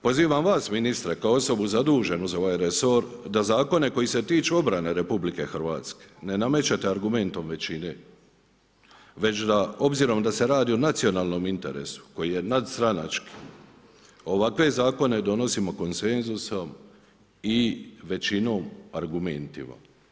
Pozivam vas ministre kao osobu zaduženu za ovaj resor da zakone koji se tiču obrane RH ne namećete argumentom većine, već obzirom da se radi o nacionalnom interesu koji je nadstranački, ovakve zakone donosimo konsenzusom i većinom argumentima.